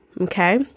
okay